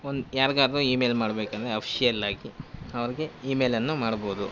ಒಂದು ಯಾರಿಗಾದ್ರೂ ಇಮೇಲ್ ಮಾಡಬೇಕಂದ್ರೆ ಅಫ್ಷಿಯಲ್ಲಾಗಿ ಅವ್ರಿಗೆ ಇಮೇಲನ್ನು ಮಾಡ್ಬೌದು